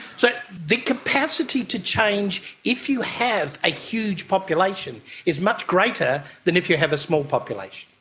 so the capacity to change if you have a huge population is much greater than if you have a small population.